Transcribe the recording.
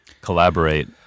collaborate